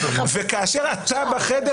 וכאשר אתה בחדר,